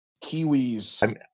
kiwis